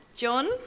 John